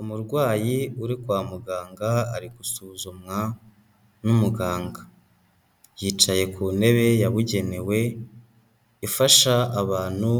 Umurwayi uri kwa muganga ari gusuzumwa n'umuganga, yicaye ku ntebe yabugenewe, ifasha abantu